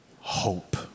hope